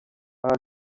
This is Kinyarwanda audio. aha